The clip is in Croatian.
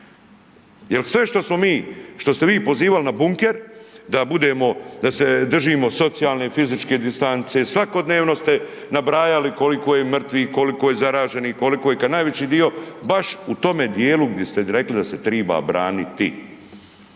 jer sve što smo mi, što ste vi pozivali na bunker, da budemo, da se držimo socijalne i fizičke distance, svakodnevno ste nabrajali koliko je mrtvih, koliko je zaraženih, koliko je, kad najveći dio baš u tome dijelu gdje ste rekli da se triba braniti.